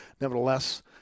nevertheless